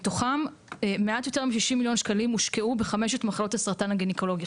מתוכם מעט יותר מ-60 מיליון שקלים הושקעו בחמשת מחלות הסרטן הגניקולוגי,